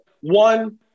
one